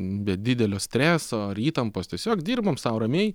be didelio streso ar įtampos tiesiog dirbom sau ramiai